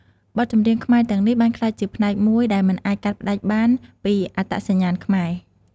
បទចម្រៀងខ្មែរទាំងនេះបានក្លាយជាផ្នែកមួយដែលមិនអាចកាត់ផ្តាច់បានពីអត្តសញ្ញាណខ្មែរ។